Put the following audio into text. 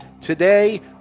Today